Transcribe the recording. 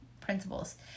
principles